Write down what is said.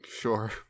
Sure